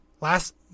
last